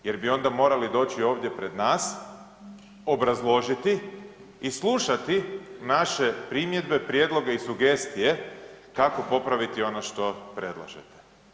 Jer bi onda morali doći onda pred nas, obrazložiti i slušati naše primjedbe, prijedloge i sugestije kako popraviti ono što predlažete.